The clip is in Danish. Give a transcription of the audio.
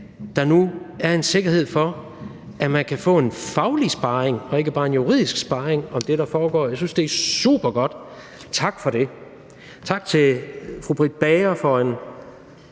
der nu er en sikkerhed for, at man kan få en faglig sparring og ikke bare en juridisk sparring om det, der foregår. Jeg synes, det er supergodt. Tak for det. Tak til fru Britt Bager for en